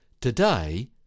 Today